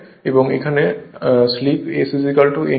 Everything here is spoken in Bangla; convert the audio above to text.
এবং এখানে slip Sn S nn S হয়